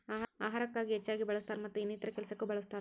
ಅಹಾರಕ್ಕ ಹೆಚ್ಚಾಗಿ ಬಳ್ಸತಾರ ಮತ್ತ ಇನ್ನಿತರೆ ಕೆಲಸಕ್ಕು ಬಳ್ಸತಾರ